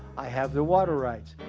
i have the water rights.